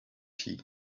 tea